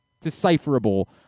decipherable